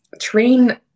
train